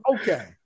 Okay